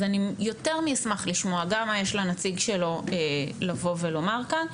אז אני יותר מאשמח לשמוע גם מה יש לנציג שלו לבוא ולומר כאן,